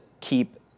keep